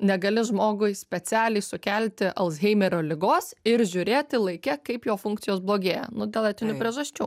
negali žmogui specialiai sukelti alzheimerio ligos ir žiūrėti laike kaip jo funkcijos blogėja nu dėl etinių priežasčių